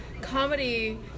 comedy